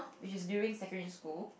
which is during secondary school